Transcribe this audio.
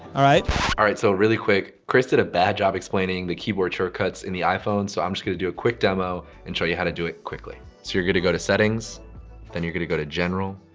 all right. all right. so really quick chris did a bad job explaining the keyboard shortcuts in the iphone so i'm going to do a quick demo and show you how to do it quickly. so you're going to go to settings then you're going to go to general.